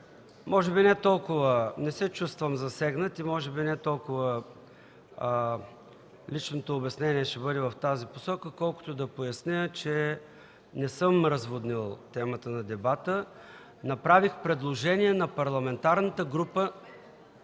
Може би не толкова, не се чувствам засегнат, и може би не толкова личното обяснение ще бъде в тази посока, колкото да поясня, че не съм разводнил темата на дебата. Направих предложение на Парламентарната група